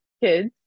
kids